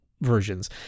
versions